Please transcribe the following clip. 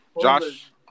Josh